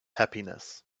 happiness